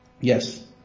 Yes